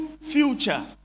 future